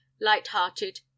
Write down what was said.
light-hearted